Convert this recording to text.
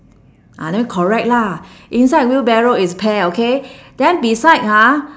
ah then correct lah inside wheelbarrow is pear okay then beside ha